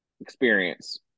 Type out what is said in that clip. experience